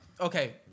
okay